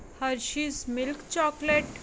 hershey's milk chocolate